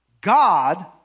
God